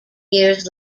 years